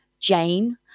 Jane